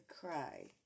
cry